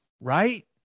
right